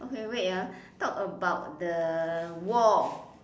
okay wait ah talk about the wall